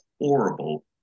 horrible